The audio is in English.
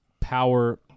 power